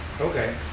Okay